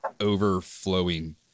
overflowing